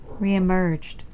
reemerged